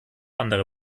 andere